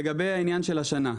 לגבי העניין של השנה,